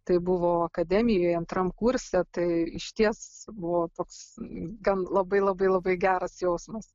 tai buvo akademijoj antram kurse tai išties buvo toks gan labai labai labai geras jausmas